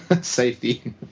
Safety